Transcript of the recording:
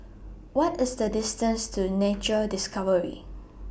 What IS The distance to Nature Discovery